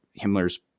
Himmler's